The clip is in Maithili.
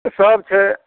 सब छै